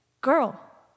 girl